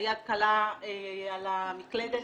היד קלה על המקלדת.